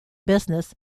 business